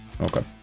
okay